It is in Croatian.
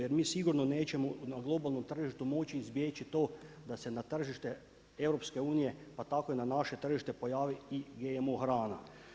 Jer mi sigurno nećemo na globalnom tržištu moći izbjeći to da se na tržište EU, pa tako i na naše tržište pojavi i GMO hrana.